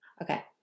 Okay